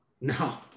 No